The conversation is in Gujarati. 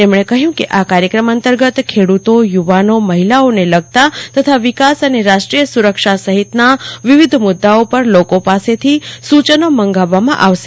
તેમણે કહ્યું કે આ કાર્યક્રમ અંતર્ગત ખેડુતો યુવાનો મહિલાઓને લગતા તથા વિકાસ અને રાષ્ટ્રીય સુરક્ષા સહિતના વિવિધ મુદૃઓ પર લોકો પાસેથી સુચનો મંગાવવામાં આવશે